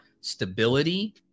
stability